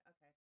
Okay